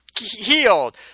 healed